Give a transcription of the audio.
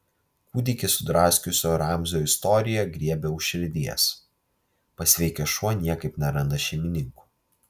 kūdikį sudraskiusio ramzio istorija griebia už širdies pasveikęs šuo niekaip neranda šeimininkų